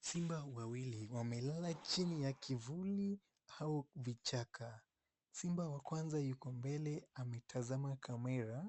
Simba wawili wamelala chini ya kivuli au vichaka. Simba wa kwanza yuko mbele ametazama kamera